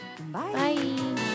Bye